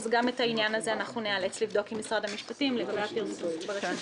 גם את העניין הזה ניאלץ לבדוק עם משרד המשפטים לגבי הפרסום ברשומות.